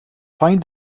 find